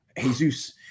Jesus